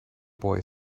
boy